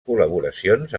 col·laboracions